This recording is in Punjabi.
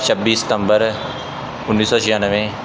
ਛੱਬੀ ਸਤੰਬਰ ਉੱਨੀ ਸੌ ਛਿਆਨਵੇਂ